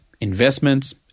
investments